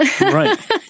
Right